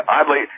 Oddly